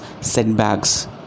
setbacks